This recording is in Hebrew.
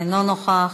אינו נוכח,